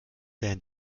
werden